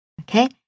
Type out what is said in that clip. Okay